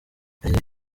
yagize